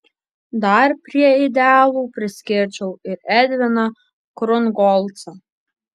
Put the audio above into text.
dar prie idealų priskirčiau ir edviną krungolcą